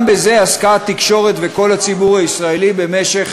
גם בזה עסקו התקשורת וכל הציבור הישראלי במשך